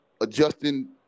adjusting